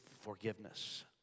forgiveness